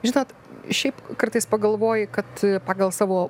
žinot šiaip kartais pagalvoji kad pagal savo